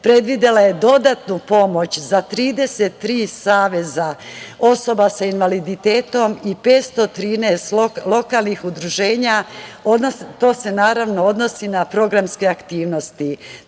predvidela je dodatnu pomoć za 33 saveza osoba sa invaliditetom i 513 lokalnih udruženja. To se naravno odnosi na programske aktivnosti. Takođe,